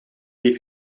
die